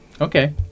Okay